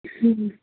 ਹਮ